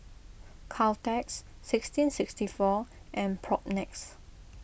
Caltex sixteen sixty four and Propnex